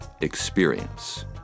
experience